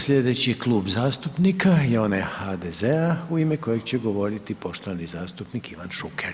Sljedeći je klub zastupnika je onaj HDZ-a u ime kojeg će govoriti poštovani zastupnik Ivan Šuker.